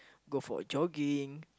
go for a jogging